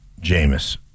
Jameis